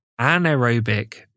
anaerobic